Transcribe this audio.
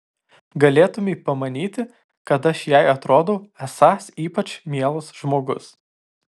galėtumei pamanyti kad aš jai atrodau esąs ypač mielas žmogus